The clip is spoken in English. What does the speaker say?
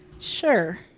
Sure